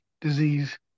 disease